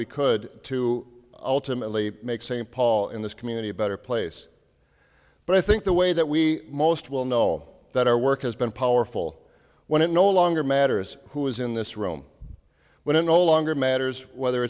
we could to ultimately make st paul in this community a better place but i think the way that we most will know that our work has been powerful when it no longer matters who is in this room when it no longer matters whether